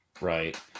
Right